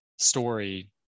story